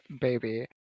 baby